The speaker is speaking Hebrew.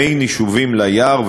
בין יישובים ליער,